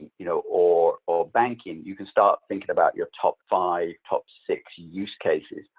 you know, or or banking, you can start thinking about your top five, top six use cases.